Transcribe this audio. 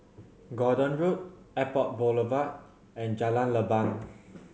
Gordon Road Airport Boulevard and Jalan Leban